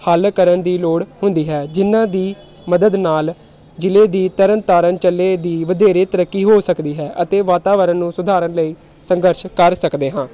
ਹੱਲ ਕਰਨ ਦੀ ਲੋੜ ਹੁੰਦੀ ਹੈ ਜਿਹਨਾਂ ਦੀ ਮਦਦ ਨਾਲ ਜ਼ਿਲ੍ਹੇ ਦੀ ਤਰਨਤਾਰਨ ਜ਼ਿਲ੍ਹੇ ਦੀ ਵਧੇਰੇ ਤਰੱਕੀ ਹੋ ਸਕਦੀ ਹੈ ਅਤੇ ਵਾਤਾਵਰਨ ਨੂੰ ਸੁਧਾਰਨ ਲਈ ਸੰਘਰਸ਼ ਕਰ ਸਕਦੇ ਹਾਂ